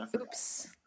Oops